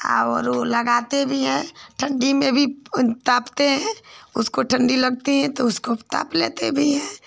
और वह लगाते भी हैं ठण्डी में भी तापते हैं उसको ठण्डी लगती है तो उसको ताप लेते भी हैं